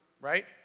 right